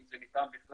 אם זה ניתן בכלל,